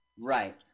Right